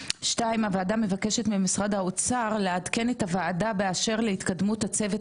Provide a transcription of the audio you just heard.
לעדכן את הוועדה באשר להתקדמות הצוות הבין משרדי לבחינת שימושים,